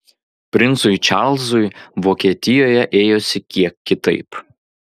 princui čarlzui vokietijoje ėjosi kiek kitaip